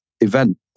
event